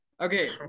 Okay